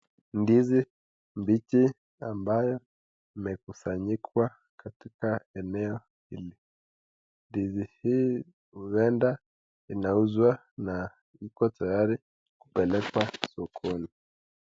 Ndizi mbichi ambayo imekusanyikwa katika eneo hili. Ndizi hii huenda inauzwa na iko tayari kupelekwa sokoni.